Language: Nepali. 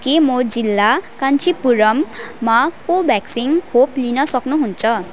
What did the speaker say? के म जिल्ला कञ्चीपुरममा को भ्याक्सिन खोप लिन सक्छु हुन्छ